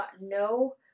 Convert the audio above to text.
no